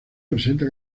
presenta